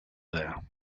there